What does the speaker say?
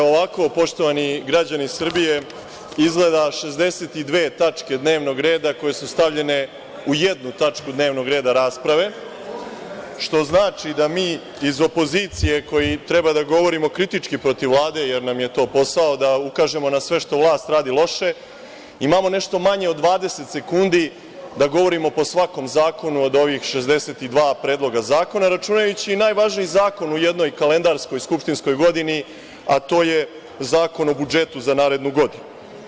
Ovako, poštovani građani Srbije, izgleda 62. tačke dnevnog reda koje su stavljene u jednu tačku dnevnog reda rasprave, što znači da mi iz opozicije, koji treba da govorimo kritički protiv Vlade, jer nam je to posao da ukažemo ne sve što vlast radi loše, imamo nešto manje od 20 sekundi da govorimo po svakom zakonu od ovih 62. predloga zakona, računajući i najvažniji zakon u jednoj kalendarskoj skupštinskoj godini, a to je Zakon o budžetu za narednu godinu.